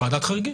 ועדת חריגים.